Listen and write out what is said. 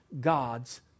God's